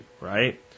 right